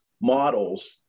models